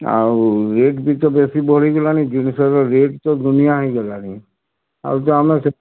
ଆଉ ରେଟ୍ ବି ତ ବେଶୀ ବଢ଼ିଗଲାଣି ଜିନିଷର ରେଟ୍ ତ ଦୁନିଆ ହୋଇଗଲାଣି ଆଉ ଯୋଉ ଆମେ